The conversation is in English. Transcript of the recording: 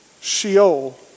Sheol